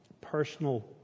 personal